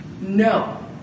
no